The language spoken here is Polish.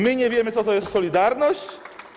My nie wiemy, co to jest solidarność?